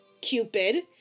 Cupid